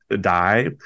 die